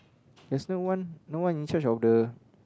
there's no one no one in charge of the